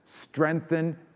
Strengthen